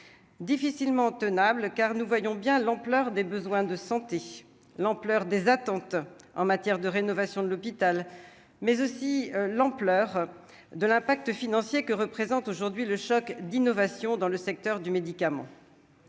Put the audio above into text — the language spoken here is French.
difficilement tenable car nous voyons bien l'ampleur des besoins de santé l'ampleur des attentes en matière de rénovation de l'hôpital, mais aussi l'ampleur de l'impact financier que représente aujourd'hui le choc d'innovation dans le secteur du médicament